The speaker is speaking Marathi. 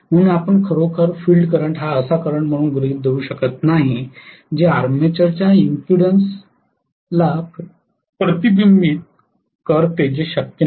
म्हणून आपण खरोखर फील्ड करंट हा असा करंट म्हणून गृहीत धरू शकत नाही जे आर्मेचरच्या इंपीडन्स प्रतिबिंबित करते जे शक्य नाही